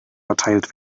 verteilt